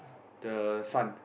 the Sun